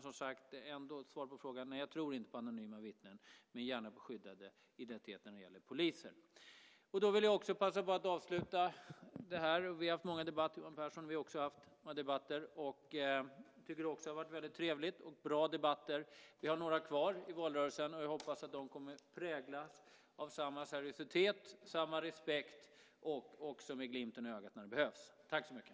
Som svar på frågan: Nej, jag tror inte på anonyma vittnen, men gärna skyddade identiteter när det gäller poliser. Vi har haft många debatter, Johan Pehrson, och jag har också haft debatter med Vänerlöv. Jag tycker också att det har varit väldigt trevliga och bra debatter. Vi har några kvar i valrörelsen, och jag hoppas att de kommer att präglas av samma seriositet och samma respekt, med glimten i ögat när det behövs. Tack så mycket!